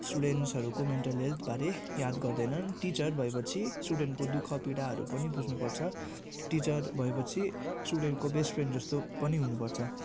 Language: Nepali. स्टुडेन्ट्सहरूको मेन्टल हेल्थबारे याद गर्दैनन् टिचर भएपछि स्टुडेन्टको दुःख पीडाहरू पनि बुझ्नुपर्छ टिचर भएपछि स्टुडेन्टको बेस्ट फ्रेन्ड जस्तो पनि हुनुपर्छ